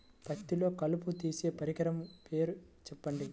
పత్తిలో కలుపు తీసే పరికరము పేరు చెప్పండి